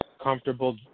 comfortable